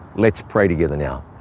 let's pray together now.